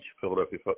Philadelphia